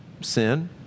sin